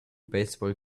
baseball